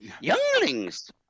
younglings